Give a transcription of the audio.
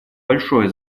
большое